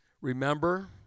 Remember